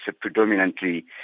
predominantly